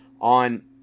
on